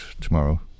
tomorrow